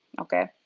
okay